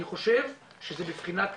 אני חושב שזה בבחינת